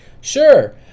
Sure